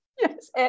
Yes